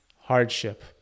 hardship